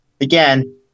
again